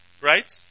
right